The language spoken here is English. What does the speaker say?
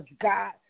God